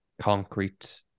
concrete